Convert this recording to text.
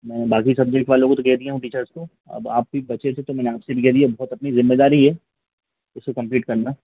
मैं बाकी सब्जेक्ट वालों को तो कह दिया वह टीचर्स को अब आप ही बचे थे तो मैंने आपसे भी कह दिया बहुत अपनी ज़िम्मेदारी है उसे कंप्लीट करना